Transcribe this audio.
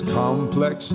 complex